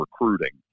recruiting